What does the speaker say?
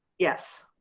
yes.